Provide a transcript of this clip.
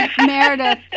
Meredith